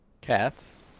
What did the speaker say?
Cats